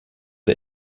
der